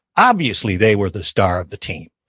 obviously they were the star of the team.